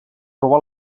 robar